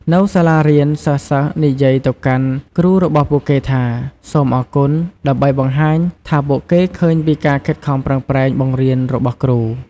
នៅសាលារៀន សិស្សៗនិយាយទៅកាន់គ្រូរបស់ពួកគេថា សូមអរគុណ ដើម្បីបង្ហាញថាពួកគេឃើញពីការខិតខំប្រឹងប្រែងបង្រៀនរបស់គ្រូ។